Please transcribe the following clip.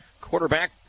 quarterback